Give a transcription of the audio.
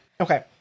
Okay